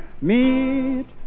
meet